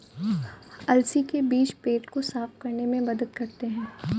अलसी के बीज पेट को साफ़ रखने में मदद करते है